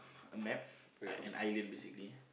a map an island basically